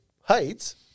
heights